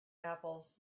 apples